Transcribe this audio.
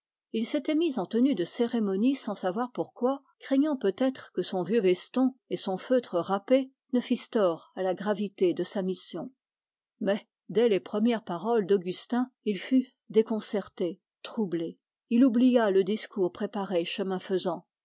il s'était mis en tenue de cérémonie sans savoir pourquoi craignant peut-être que son vieux veston et son feutre râpé ne fissent tort à la gravité de sa mission mais dès les premières paroles d'augustin il fut déconcerté il oublia le discours préparé chemin faisant